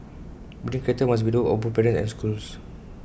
building character must be the work of both parents and schools